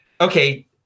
Okay